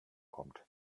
kommt